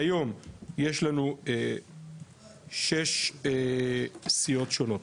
כיום יש לנו שש סיעות שונות.